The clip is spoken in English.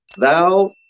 Thou